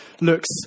looks